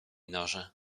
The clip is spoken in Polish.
norze